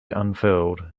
unfurled